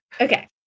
Okay